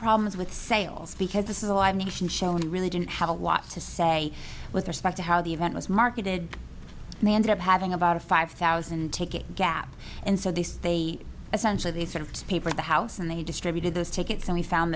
problems with sales because this is a live mission show and really didn't have a lot to say with respect to how the event was marketed and they ended up having about a five thousand ticket gap and so this they essentially they sort of paper the house and they distributed those tickets and we found